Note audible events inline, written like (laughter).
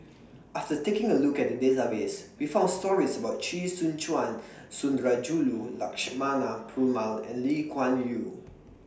after taking A Look At The Database We found stories about Chee Soon Juan Sundarajulu Lakshmana Perumal and Lee Kuan Yew (noise)